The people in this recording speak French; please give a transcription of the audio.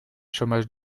chômage